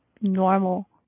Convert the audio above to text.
normal